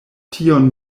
tion